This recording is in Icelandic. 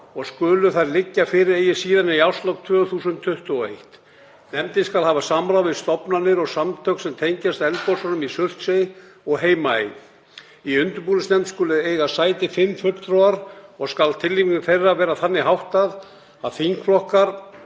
og skulu þær liggja fyrir eigi síðar en í árslok 2021. Nefndin skal hafa samráð við stofnanir og samtök sem tengjast eldgosunum í Surtsey og Heimaey. Í undirbúningsnefnd skulu eiga sæti fimm fulltrúar og skal tilnefningu þeirra vera þannig háttað að þingflokkar